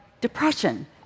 depression